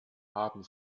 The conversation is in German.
haben